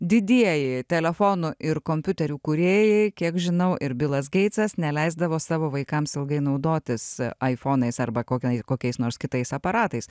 didieji telefonų ir kompiuterių kūrėjai kiek žinau ir bilas geitsas neleisdavo savo vaikams ilgai naudotis arba kokiais nors kitais aparatais